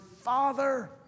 Father